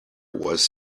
was